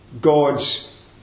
God's